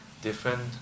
different